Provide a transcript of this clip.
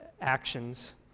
actions